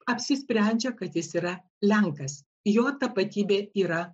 apsisprendžia kad jis yra lenkas jo tapatybė yra